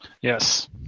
Yes